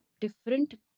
different